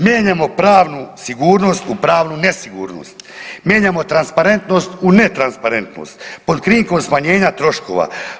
Mijenjamo pravnu sigurnost u pravnu nesigurnost, mijenjamo transparentnost u netransparentnost pod krinkom smanjenja troškova.